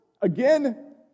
Again